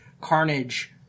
Carnage